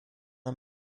are